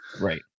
Right